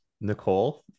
Nicole